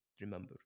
remember